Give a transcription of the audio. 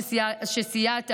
על שסייעת,